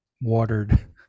watered